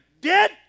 dead